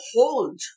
hold